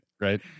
right